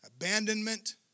abandonment